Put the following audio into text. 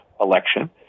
election